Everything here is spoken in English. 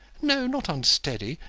no not unsteady.